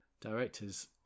directors